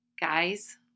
guys